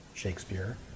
Shakespeare